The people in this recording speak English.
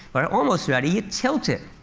or almost ready, you tilt it.